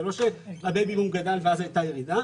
זה לא שה-בייבי בום גדל ואז הייתה ירידה.